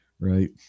Right